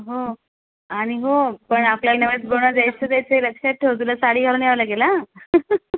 हो आणि हो पण आपल्याला नवस पूर्ण द्यायचाच असे लक्षात ठेव तुला साडी घालून यावं लागेल हा